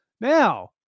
Now